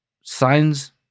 signs